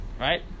right